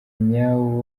nyawo